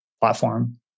platform